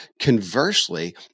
Conversely